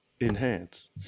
Enhance